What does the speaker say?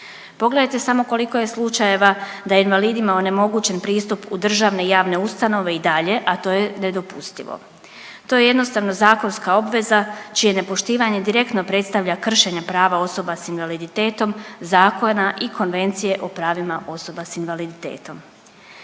Pogledajte samo koliko je slučajeva da je invalidima onemogućen pristup u državne i javne ustanove i dalje, a to je nedopustivo. To je jednostavno zakonska obveza čije nepoštivanja direktno predstavlja kršenja prava osoba s invaliditetom, zakona i Konvencije o pravima osoba s invaliditetom.